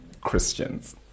Christians